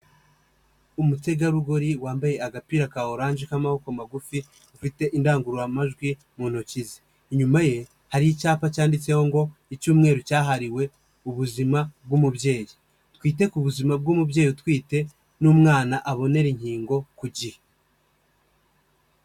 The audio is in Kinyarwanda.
Umutegarugori wambaye agapira ka oranje k'amaboko magufi ufite indangururamajwi mu ntoki ze. Inyuma ye hari icyapa cyanditseho ngo, icyumweru cyahariwe ubuzima bw'umubyeyi. Twite ku buzima bw'umubyeyi utwite, n'umwana abonere inkingo ku gihe.